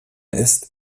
ist